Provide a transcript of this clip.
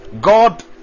God